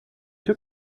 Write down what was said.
took